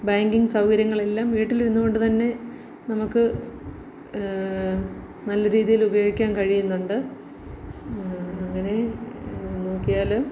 banking സൗകര്യങ്ങളെല്ലാം വീട്ടിലിരുന്നുകൊണ്ട് തന്നെ നമുക്ക് നല്ല രീതിയിലുപയോഗിക്കാന് കഴിയുന്നുണ്ട് അങ്ങനെ നോക്കിയാലും